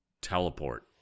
teleport